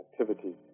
activity